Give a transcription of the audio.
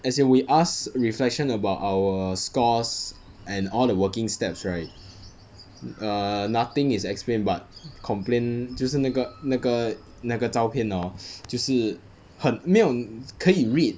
as if we ask reflection about our scores and all the working steps right err nothing is explained but complain 就是那个那个那个照片 hor 就是很没有可以 read